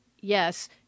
yes